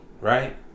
right